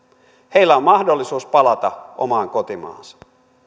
heillä on mahdollisuus palata omaan kotimaahansa